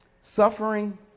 Suffering